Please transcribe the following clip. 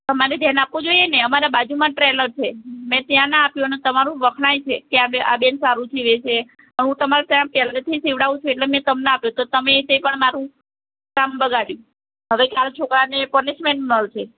તમારે ધ્યાન આપવું જોઈયે અમારી બાજુમાં જ ટેલર છે મે ત્યાં ના આપ્યું તમારું વખણાય છે આ બેન આ બેન સારું સીવે છે હું તમારે ત્યાં પહેલેથી સિવડાવું છું એટલે મેં તમને આપ્યું ને તમે મારું કામ બગાડયું હવે કાલે છોકરાને પનિશમેન્ટ મળશે